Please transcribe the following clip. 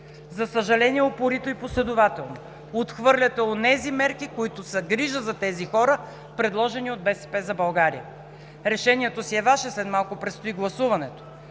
За съжаление, упорито и последователно отхвърляте онези мерки, които са грижа за тези хора, предложени от „БСП за България“. Решението си е Ваше, след малко предстои гласуването.